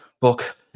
book